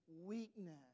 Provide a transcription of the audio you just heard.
weakness